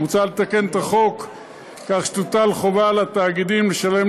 מוצע לתקן את החוק כך שתוטל חובה על התאגידים לשלם